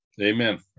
Amen